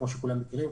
כמו שכולם מכירים,